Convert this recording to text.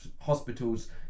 hospitals